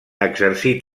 exercí